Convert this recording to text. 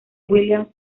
williams